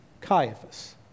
Caiaphas